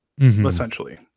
essentially